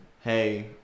hey